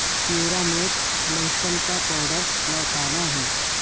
پیورامیٹ لہسن کا پاؤڈر لوٹانا ہے